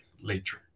later